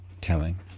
telling